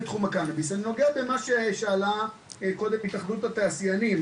ואני נוגע במה שעלה קודם מפי התאחדות התעשיינים,